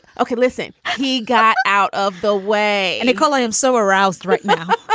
okay, listen. he got out of the way and he called. i am so aroused right now.